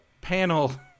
panel